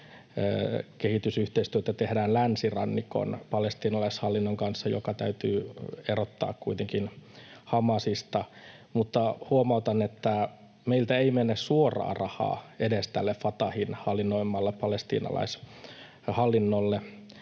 kehitysyhteistyötä tehdään Länsirannan palestiinalaishallinnon kanssa, joka täytyy erottaa kuitenkin Hamasista. Huomautan, että meiltä ei mennä suoraa rahaa edes tälle Fatahin hallinnoimalle palestiinalaishallinnolle,